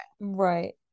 Right